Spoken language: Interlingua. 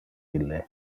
ille